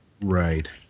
Right